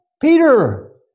Peter